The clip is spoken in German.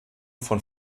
von